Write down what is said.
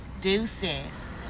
deuces